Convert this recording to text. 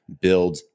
build